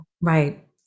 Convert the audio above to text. Right